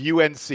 UNC